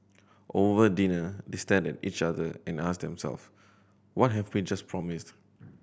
over dinner they stared at each other and asked themselves what have we just promised